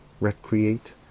recreate